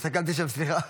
הסתכלתי לשם, סליחה.